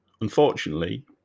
unfortunately